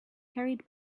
hurried